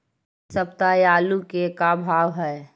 इ सप्ताह आलू के का भाव है?